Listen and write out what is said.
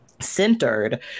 centered